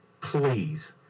please